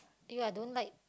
you are don't like